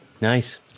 Nice